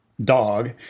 dog